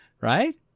right